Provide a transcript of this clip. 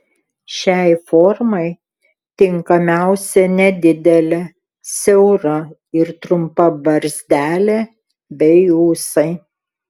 šiai formai tinkamiausia nedidelė siaura ir trumpa barzdelė bei ūsai